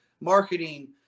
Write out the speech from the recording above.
marketing